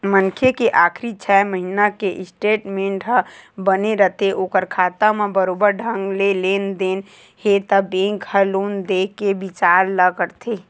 मनखे के आखरी छै महिना के स्टेटमेंट ह बने रथे ओखर खाता म बरोबर ढंग ले लेन देन हे त बेंक ह लोन देय के बिचार ल करथे